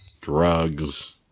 Drugs